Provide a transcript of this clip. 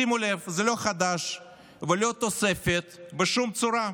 שימו לב, זה לא חדש ולא תוספת בשום צורה.